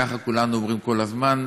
ככה כולנו אומרים כל הזמן.